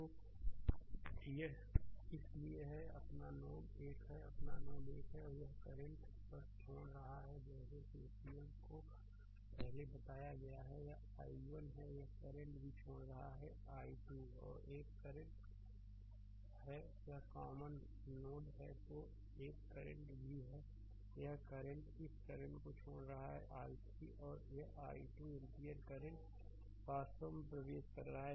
तो यह इसलिए है यह अपना नोड 1 है अपना नोड 1 है एक करंट बस छोड़ रहा है जैसे केसीएल को पहले बताया गया है यह i1 है यह करंट भी छोड़ रहा है यह है i 2 एक और करंट है यह एक कॉमन नोड है तो एक और करंट भी है यह करंट इस करंट को छोड़ रहा है i3 और यह 2 एम्पीयर करंट वास्तव में प्रवेश कर रहा है